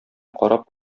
карап